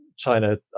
China